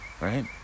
right